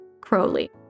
Crowley